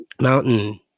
mountain